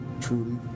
truly